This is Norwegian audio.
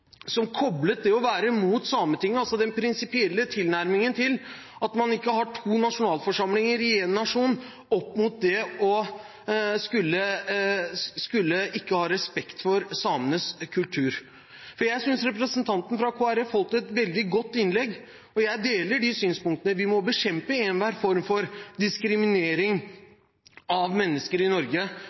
som koblet det å være imot Sametinget – altså den prinsipielle tilnærmingen til at man ikke skal ha to nasjonalforsamlinger i én nasjon – opp mot ikke å ha respekt for samenes kultur. Jeg synes representanten fra Kristelig Folkeparti holdt et veldig godt innlegg, og jeg deler de synspunktene. Vi må bekjempe enhver form for diskriminering av mennesker i Norge